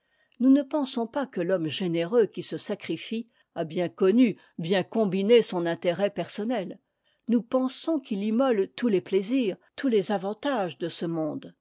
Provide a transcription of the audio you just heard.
nous ne pensons pas que l'homme généreux qui se sacrifie a bien connu bien combiné son intérêt personnel nous pensons qu'il immole tous les plaisirs tous les avantages de ce monde